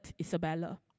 Isabella